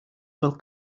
will